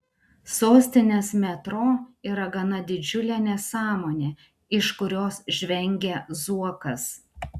sostinės metro yra gana didžiulė nesąmonė iš kurios žvengia zuokas